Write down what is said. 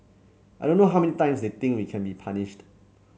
I don't know how many times they think we can be punished